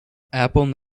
apple